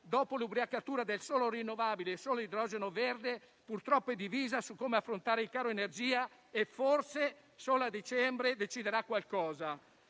dopo l'ubriacatura del solo rinnovabile e solo idrogeno verde, purtroppo è divisa su come affrontare il caro energia e forse solo a dicembre deciderà qualcosa.